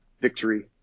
victory